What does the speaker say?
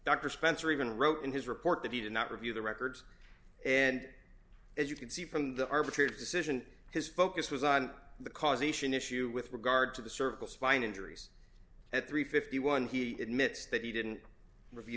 dr spencer even wrote in his report that he did not review the records and as you can see from the arbitrator's decision his focus was on the causation issue with regard to the cervical spine injuries at three hundred and fifty one he it mit's that he didn't review